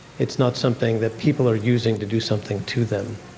it's not something that people are using to do something to them.